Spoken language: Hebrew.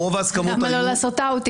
רוב ההסכמות היו --- למה לא לעשות אאוטינג?